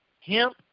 hemp